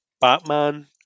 Batman